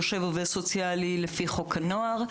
יושב עובד סוציאלי לפי חוק הנוער,